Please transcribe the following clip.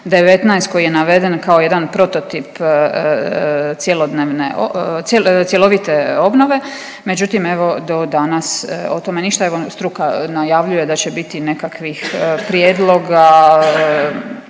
19 koji je naveden kao jedan prototip cjelovite obnove, međutim, evo do danas o tome ništa. Evo, struka najavljuje da će biti nekakvih prijedloga,